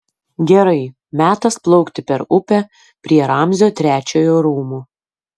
gerai metas plaukti per upę prie ramzio trečiojo rūmų